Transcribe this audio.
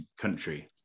country